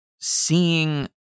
seeing